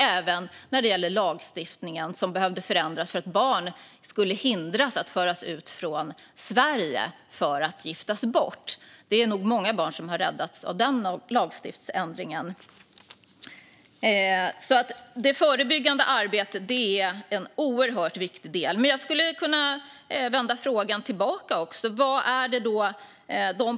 Det gäller även lagstiftningen, så att barn kan hindras från att föras ut från Sverige för att giftas bort. Det är nog många barn som har räddats av den ändringen i lagstiftningen. Det förebyggande arbetet är oerhört viktigt. Jag kan vända frågan tillbaka.